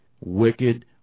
wicked